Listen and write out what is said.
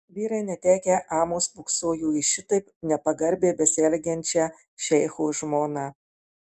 vyrai netekę amo spoksojo į šitaip nepagarbiai besielgiančią šeicho žmoną